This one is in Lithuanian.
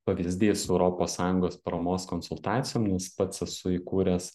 pavyzdys europos sąjungos paramos konsultacijom nes pats esu įkūręs